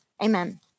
Amen